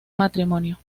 matrimonio